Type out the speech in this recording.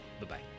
Bye-bye